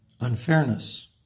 unfairness